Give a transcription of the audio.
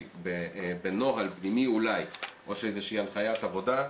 בנוהל פנימי או איזושהי הנחיית עבודה.